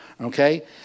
okay